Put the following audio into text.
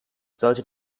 sollte